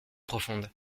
profonde